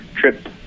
trip